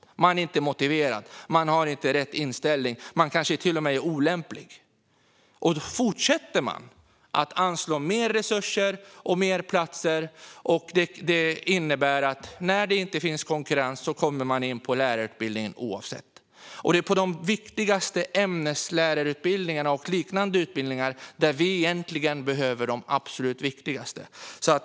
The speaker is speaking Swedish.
Lärarstudenterna är inte motiverade, de har inte rätt inställning och de kanske till och med är olämpliga. Om man fortsätter att anslå mer resurser och tillföra fler platser när det inte finns konkurrens kommer det att innebära att de som söker kommer att komma in på lärarutbildningen oavsett. Och det är på de viktigaste ämneslärarutbildningarna och liknande utbildningar som vi egentligen behöver de absolut bästa.